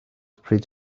pryd